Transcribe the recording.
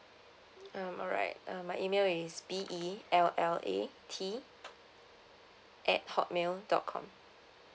um alright um my email is B E L L A T at hotmail dot com